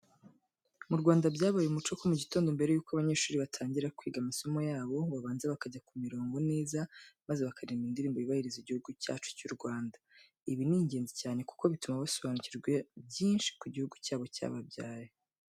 Mu Rwanda byabaye umuco ko mu gitondo mbere yuko abanyeshuri batangira kwiga masomo yabo, babanza bakajya ku mirongo neza maze bakaririmba Indirimbo yubahiriza Igihugu cyacu cy'u Rwanda. Ibi ni ingenzi cyane kuko bituma basobanukirwa byinshi ku gihugu cyabo cyababyaye.